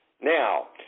Now